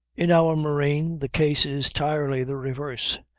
in our marine the case is entirely the reverse,